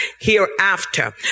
hereafter